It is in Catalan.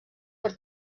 per